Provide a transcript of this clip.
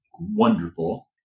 wonderful